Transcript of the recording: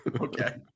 Okay